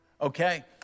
Okay